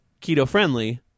keto-friendly